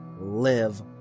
live